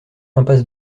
impasse